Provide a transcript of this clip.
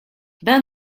bain